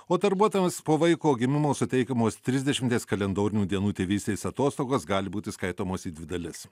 o darbuotojams po vaiko gimimo suteikiamos trisdešimties kalendorinių dienų tėvystės atostogos gali būti skaitomos į dvi dalis